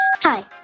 Hi